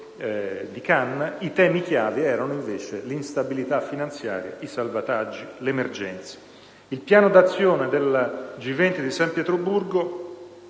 di Cannes) i temi chiave erano invece l'instabilità finanziaria, i salvataggi, le emergenze. Il Piano d'azione del G20 di San Pietroburgo